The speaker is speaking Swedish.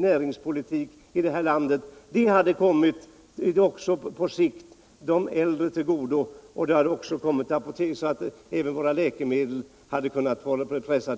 näringspolitik här i landet, och på sikt hade det kommit också de äldre till godo, eftersom även läkemedelspriserna hade kunnat pressas.